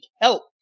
help